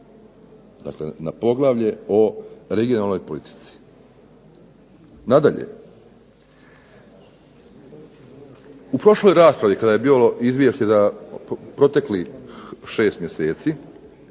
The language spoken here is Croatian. dakle poglavlje o regionalnoj politici. Nadalje, u prošloj raspravi kada je bilo Izvješće za proteklih 6 mjeseci,